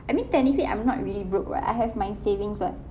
I mean technically I'm not really broke [what] I have my savings [what]